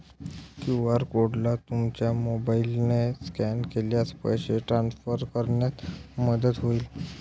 QR कोडला तुमच्या मोबाईलने स्कॅन केल्यास पैसे ट्रान्सफर करण्यात मदत होईल